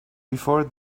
before